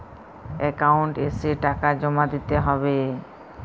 Account এসে টাকা জমা দিতে হবে?